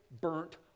burnt